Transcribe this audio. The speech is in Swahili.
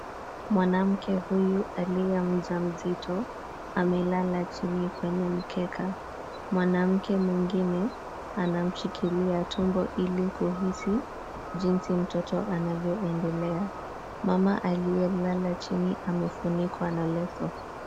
Mwanamke huyu aliye mjamzito amelala chini kwenye mkeka. Mwanamke mwingine anamshikilia tumbo ili kuhisi jinsi mtoto anavyoendelea. Mama aliyelala chini amefunikwa na leso.